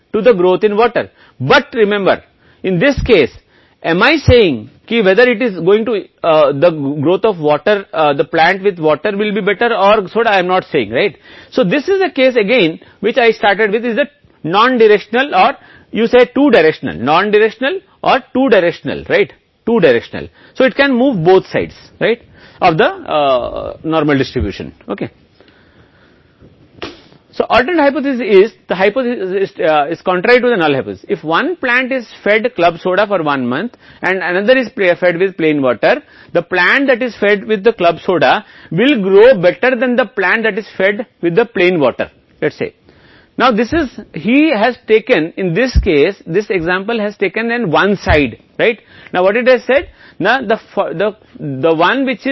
तो यह मामला है जो मैंने इसके साथ शुरू किया है वह एक गैर दिशात्मक है या दो कहते हैं दिशात्मक गैर दिशात्मक या दिशात्मक दो दिशात्मक अधिकार तो यह दोनों पक्षों को स्थानांतरित कर सकता है तो वैकल्पिक परिकल्पना है परिकल्पना अशक्त करने के लिए संक्षिप्त है परिकल्पना अगर एक पौधे को एक महीने के लिए क्लब सोडा खिलाया जाता है और दूसरे को सादे पानी से खिलाया जाता है पौधे को क्लब सोडा के साथ खिलाया जाता है सादे पानी के साथ पौधे को खिलाए जाने वाले पौधे की तुलना में बेहतर बढ़ेगा अब इस उदाहरण में एक पक्ष के अधिकार के रूप में लिया गया है